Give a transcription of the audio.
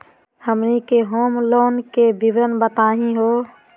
हमनी के home loan के विवरण बताही हो?